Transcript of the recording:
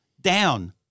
down